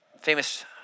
Famous